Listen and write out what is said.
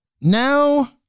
Now